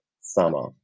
summer